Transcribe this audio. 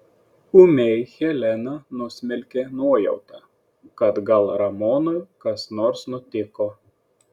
ūmiai heleną nusmelkė nuojauta kad gal ramonui kas nors nutiko